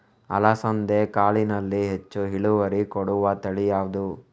ಅಲಸಂದೆ ಕಾಳಿನಲ್ಲಿ ಹೆಚ್ಚು ಇಳುವರಿ ಕೊಡುವ ತಳಿ ಯಾವುದು?